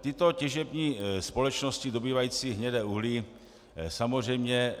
Tyto těžební společnosti dobývající hnědé uhlí samozřejmě